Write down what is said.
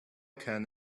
can